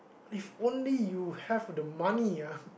if only you have the money ah